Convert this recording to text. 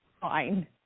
fine